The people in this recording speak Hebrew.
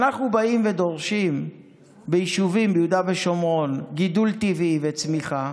כשאנחנו באים ודורשים גידול טבעי וצמיחה